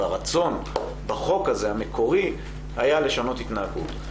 והרצון בחוק המקורי הזה היה לשנות התנהגות.